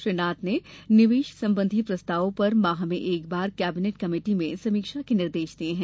श्री नाथ ने निवेश संबंधी प्रस्तावों पर माह में एक बार कैबिनेट कमेटी में समीक्षा के निर्देश दिए है